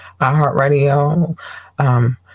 iHeartRadio